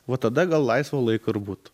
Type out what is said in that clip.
va tada gal laisvo laiko ir būtų